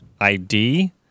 ID